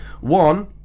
One